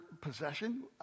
possession